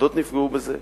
מוסדות נפגעו בזה.